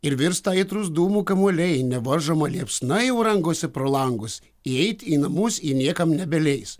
ir virsta aitrūs dūmų kamuoliai nevaržoma liepsna jau rangosi pro langus įeit į namus ji niekam nebeleis